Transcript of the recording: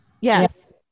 yes